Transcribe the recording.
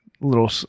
little